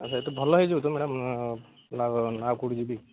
ଆଛା ଏଠି ଭଲ ହୋଇଯିବ ତ ମ୍ୟାଡ଼ାମ୍ ନା ନା ଆଉ କେଉଁଠିକି ଯିବି